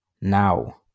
Now